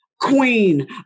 Queen